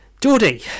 Geordie